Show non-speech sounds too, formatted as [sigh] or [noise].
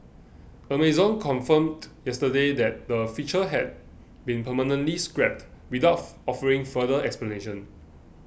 Amazon confirmed yesterday that the feature had been permanently scrapped without [noise] offering further explanation